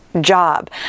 job